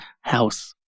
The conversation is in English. house